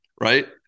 right